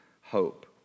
hope